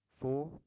four